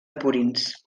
purins